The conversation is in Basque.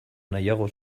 nahiago